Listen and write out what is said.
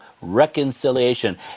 reconciliation